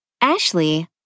Ashley